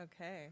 Okay